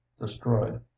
destroyed